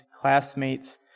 classmates